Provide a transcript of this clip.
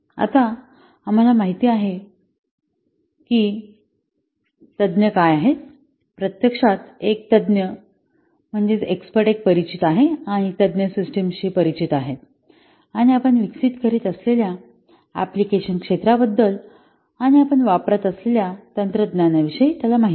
आता आम्हाला माहित आहे की तज्ञ काय आहे प्रत्यक्षात एक तज्ञ एक परिचित आहे आणि तज्ञ सिस्टमशी परिचित आहे आणि आपण विकसित करीत असलेल्या अँप्लिकेशन क्षेत्राबद्दल आणि आपण वापरत असलेल्या तंत्रज्ञानाविषयी त्याला माहिती आहे